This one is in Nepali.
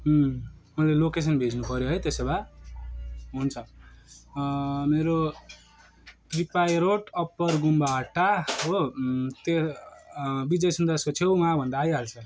मैले लोकेसन भेज्नु पऱ्यो है त्यसो भए हुन्छ मेरो त्रिपाई रोड अप्पर गुम्बाहट्टा हो त्यो विजय सुन्दासको छेउमा भन्दा आइहाल्छ